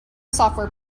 software